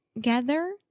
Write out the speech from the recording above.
gather